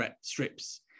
strips